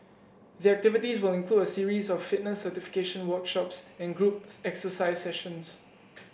the activities will include a series of fitness certification workshops and group exercise sessions